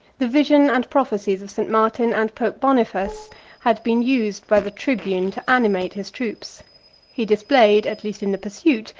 the vision and prophecies of st. martin and pope boniface had been used by the tribune to animate his troops he displayed, at least in the pursuit,